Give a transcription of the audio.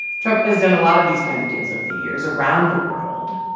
trump has done a lot of these kinds of deals over the years around the world.